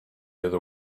other